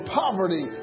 poverty